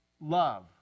love